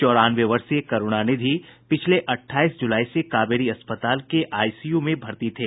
चौरानवे वर्षीय करुणानिधि पिछले अठाईस जुलाई से कावेरी अस्पताल के आईसीयू में भर्ती थे